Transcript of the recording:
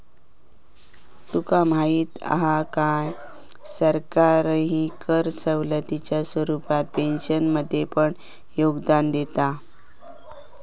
तुका माहीत हा काय, सरकारही कर सवलतीच्या स्वरूपात पेन्शनमध्ये पण योगदान देता